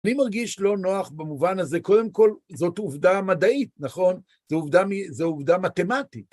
מי מרגיש לא נוח במובן הזה? קודם כל, זאת עובדה מדעית, נכון? זו עובדה מתמטית.